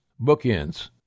Bookends